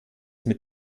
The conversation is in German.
mit